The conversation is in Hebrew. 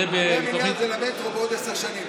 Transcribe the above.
100 מיליארד זה לנטו בעוד עשר שנים.